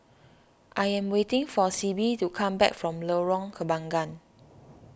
I am waiting for Sibbie to come back from Lorong Kembangan